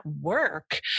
work